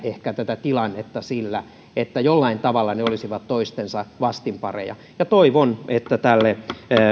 ehkä tätä tilannetta sillä että jollain tavalla ne olisivat toistensa vastinpareja toivon että tälle